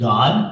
God